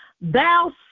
thou